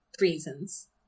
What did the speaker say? reasons